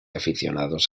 aficionados